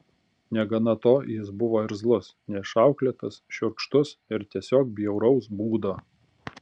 negana to jis buvo irzlus neišauklėtas šiurkštus ir tiesiog bjauraus būdo